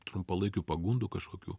trumpalaikių pagundų kažkokių